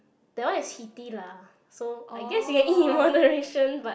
that one is heaty lah so I guess you can eat in moderation but